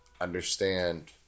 understand